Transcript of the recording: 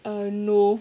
err no